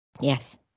Yes